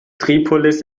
tripolis